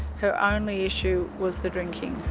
her only issue was the drinking.